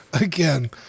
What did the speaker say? Again